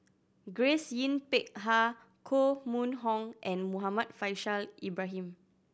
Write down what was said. Grace Yin Peck Ha Koh Mun Hong and Muhammad Faishal Ibrahim